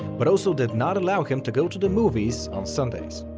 but also did not allow him to go to the movies on sundays.